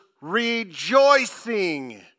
rejoicing